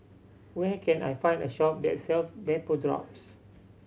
where can I find a shop that sells Vapodrops